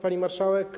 Pani Marszałek!